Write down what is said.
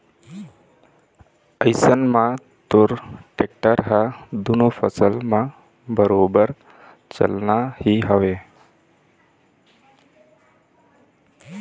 अइसन म तोर टेक्टर ह दुनों फसल म बरोबर चलना ही हवय